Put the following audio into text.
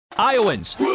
Iowans